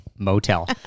motel